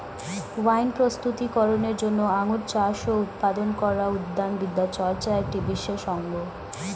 wine প্রস্তুতি করনের জন্য আঙুর চাষ ও উৎপাদন করা উদ্যান বিদ্যাচর্চার একটি বিশেষ অঙ্গ